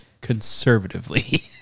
conservatively